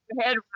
head